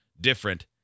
different